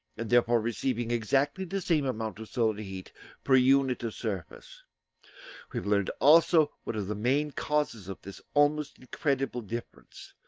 and therefore receiving exactly the same amount of solar heat per unit of surface. we have learned also what are the main causes of this almost incredible difference,